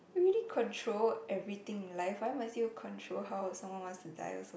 already control everything in life why must you control how someone want to die also